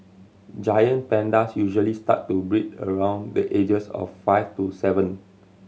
giant pandas usually start to breed around the ages of five to seven